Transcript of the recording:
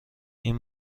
این